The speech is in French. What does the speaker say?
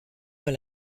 dans